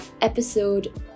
Episode